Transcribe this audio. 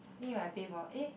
my pay for eh